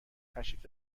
تشریف